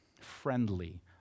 friendly